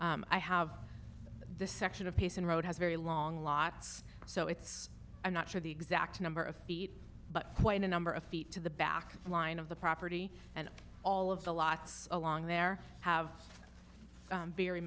i have this section of pace and road has very long lots so it's i'm not sure the exact number of feet but quite a number of feet to the back line of the property and all of the lots along there have very